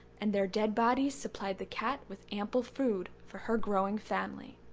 and their dead bodies supplied the cat with ample food for her growing family.